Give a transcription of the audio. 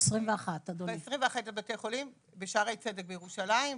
בשערי צדק בירושלים.